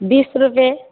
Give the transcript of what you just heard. बिस रुपियाँ